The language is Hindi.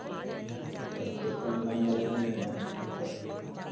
सबसे कम दाम वाला नहीं है